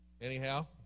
Anyhow